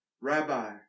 rabbi